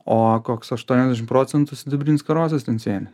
o koks aštuoniasdešimt procentų sidabrinis karosas ten sėdi